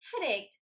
headache